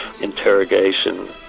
interrogation